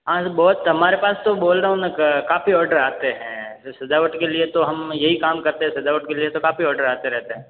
हाँ सर बहुत हमारे पास तो बोल रहा हूँ ना काफ़ी ऑर्डर आते हैं तो सजावट के लिए तो हम यही काम करते हैं सजावट के लिए तो काफ़ी ऑर्डर आते रहते हैं